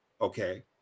okay